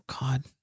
God